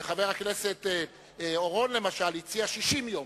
וחבר הכנסת אורון למשל הציע 60 יום,